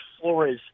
Flores